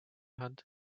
hand